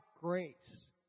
grace